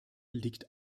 liegt